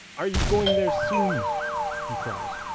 are you going there soon he cried,